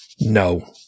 no